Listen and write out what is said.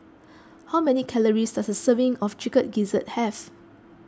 how many calories does a serving of Chicken Gizzard have